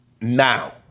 now